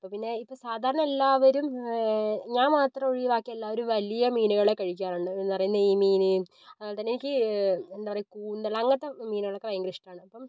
അപ്പോൾ പിന്നെ ഇപ്പോൾ സാധാരണ എല്ലാവരും ഞാൻ മാത്രം ഒഴിവാക്കി എല്ലാവരും വലിയ മീനുകളെ കഴിക്കാറുണ്ട് എന്താ പറയുക നെയ്മീൻ അങ്ങനെ തന്നെ എനിക്ക് എന്താ പറയുക കൂന്തൾ അങ്ങനത്തെ മീനുകൾ ഒക്കെ ഭയങ്കര ഇഷ്ടമാണ് അപ്പം